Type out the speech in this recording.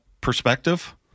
perspective